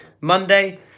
Monday